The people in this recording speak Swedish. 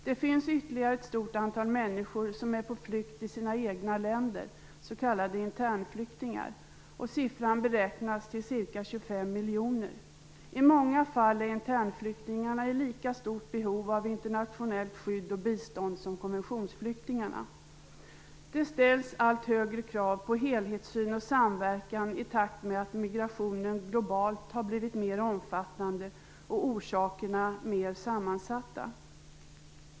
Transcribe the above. Det finns ytterligare ett stort antal människor som är på flykt i sina egna länder, s.k. internflyktingar. Siffran beräknas till ca 25 miljoner. I många fall är internflyktingarna i lika stort behov av internationellt skydd och bistånd som konventionsflyktingarna. Det ställs allt högre krav på helhetssyn och samverkan i takt med att migrationen globalt har blivit mer omfattande och orsakerna mer sammansatta.